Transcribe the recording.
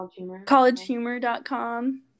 collegehumor.com